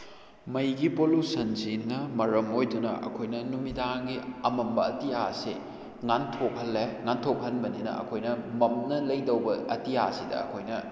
ꯃꯩꯒꯤ ꯄꯣꯂꯨꯁꯟꯁꯤꯅ ꯃꯔꯝ ꯑꯣꯏꯗꯨꯅ ꯑꯩꯈꯣꯏꯅ ꯅꯨꯃꯤꯗꯥꯡꯒꯤ ꯑꯃꯝꯕ ꯑꯇꯤꯌꯥꯁꯤ ꯉꯥꯟꯊꯣꯛꯈꯜꯂꯦ ꯉꯥꯟꯊꯣꯛꯍꯟꯕꯅꯤꯅ ꯑꯩꯈꯣꯏꯅ ꯃꯝꯅ ꯂꯩꯗꯧꯕ ꯑꯇꯤꯌꯥꯁꯤꯗ ꯑꯩꯈꯣꯏꯅ